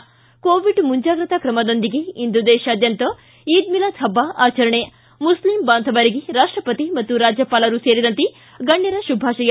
ಿ ಕೋವಿಡ್ ಮುಂಜಾಗ್ರತಾ ಕ್ರಮದೊಂದಿಗೆ ಇಂದು ದೇಶಾದ್ಭಂತ ಈದ್ ಮಿಲಾದ್ ಹಬ್ಬ ಆಚರಣೆ ಮುಸ್ಲಿಂ ಬಾಂಧವರಿಗೆ ರಾಷ್ಟಪತಿ ಮತ್ತು ರಾಜ್ಯಪಾಲರು ಸೇರಿದಂತೆ ಗಣ್ಣರ ಶುಭಾಶಯ